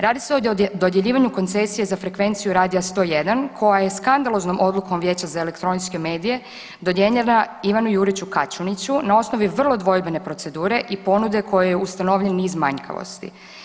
Radi se o dodjeljivanju koncesije za frekvenciju Radija 101 koja je skandaloznom odlukom Vijeća za elektroničke medije dodijeljena Ivanu Juriću Kaćuniću na osnovi vrlo dvojbene procedure i ponude u kojoj je ustanovljen niz manjkavosti.